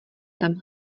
tam